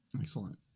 Excellent